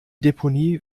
deponie